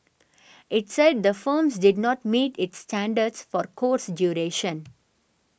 it said the firms did not meet its standards for course duration